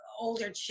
older